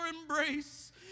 embrace